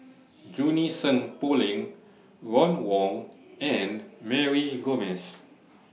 Junie Sng Poh Leng Ron Wong and Mary Gomes